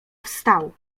wstał